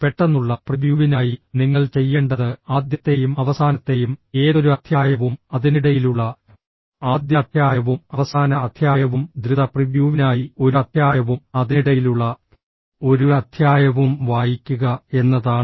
പെട്ടെന്നുള്ള പ്രിവ്യൂവിനായി നിങ്ങൾ ചെയ്യേണ്ടത് ആദ്യത്തെയും അവസാനത്തെയും ഏതൊരു അധ്യായവും അതിനിടയിലുള്ള ആദ്യ അധ്യായവും അവസാന അധ്യായവും ദ്രുത പ്രിവ്യൂവിനായി ഒരു അധ്യായവും അതിനിടയിലുള്ള ഒരു അധ്യായവും വായിക്കുക എന്നതാണ്